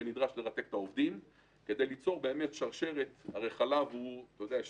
שנדרש לרתק בהם את העובדים,